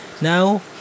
Now